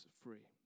free